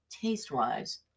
taste-wise